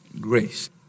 grace